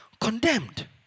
condemned